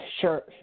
sure